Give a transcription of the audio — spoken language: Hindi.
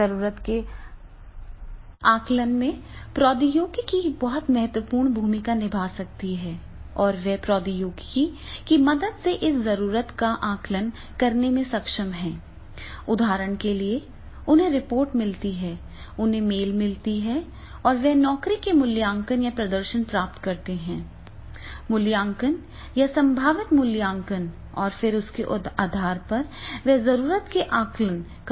जरूरत के आकलन में प्रौद्योगिकी भी बहुत महत्वपूर्ण भूमिका निभा सकती है और वे प्रौद्योगिकी की मदद से इस जरूरत का आकलन करने में सक्षम हैं उदाहरण के लिए उन्हें रिपोर्ट मिलती है उन्हें मेल मिलते हैं वे नौकरी का मूल्यांकन या प्रदर्शन प्राप्त करते हैं मूल्यांकन या संभावित मूल्यांकन और फिर उसके आधार पर वे जरूरत का आकलन कर सकते हैं